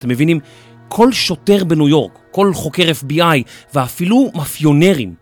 אתם מבינים? כל שוטר בניו יורק, כל חוקר FBI, ואפילו מפיונארים.